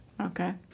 Okay